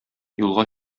юлга